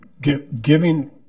giving